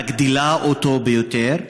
היא מגדילה אותו יותר.